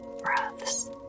breaths